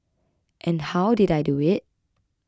and how did I do it